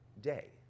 day